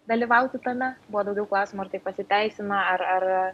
dalyvauti tame buvo daugiau klausimų ar tai pasiteisina ar ar